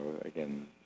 Again